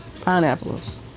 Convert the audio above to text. Pineapples